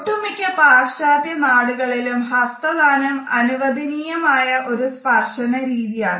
ഒട്ടുമിക്ക പാശ്ചാത്യ നാടുകളിലും ഹസ്തദാനം അനുവദനീയമായ ഒരു സ്പർശന രീതിയാണ്